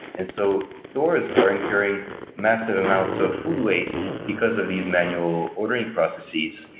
and so, stores are incurring massive amounts of food waste because of these manual ordering processes,